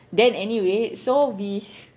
then anyway so we